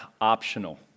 optional